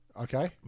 Okay